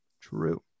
True